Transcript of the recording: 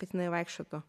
kad jinai vaikščiotų